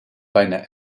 bijna